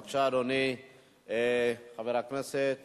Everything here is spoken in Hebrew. בבקשה, אדוני, חבר הכנסת